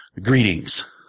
greetings